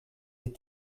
des